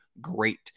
great